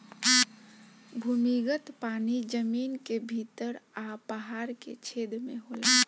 भूमिगत पानी जमीन के भीतर आ पहाड़ के छेद में होला